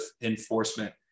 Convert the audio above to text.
enforcement